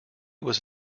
was